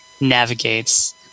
navigates